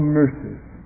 mercies